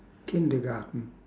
kindergarten